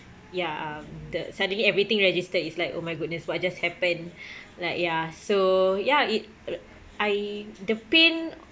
ya um the suddenly everything registered it's like oh my goodness what just happened like ya so ya it I the pain